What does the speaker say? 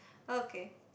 okay